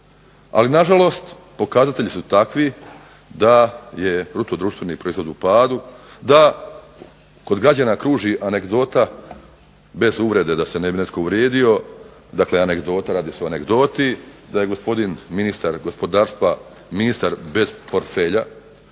ali nažalost pokazatelji su takvi da je bruto društveni proizvod u padu, da kod građana kruži anegdota, bez uvrede da se ne bi netko uvrijedio, dakle anegdota da je gospodin ministar gospodarstva ministar bez portfelja,